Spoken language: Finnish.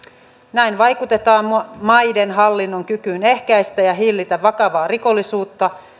näin vaikutetaan maiden hallinnon kykyyn ehkäistä ja hillitä vakavaa rikollisuutta